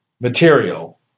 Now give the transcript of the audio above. material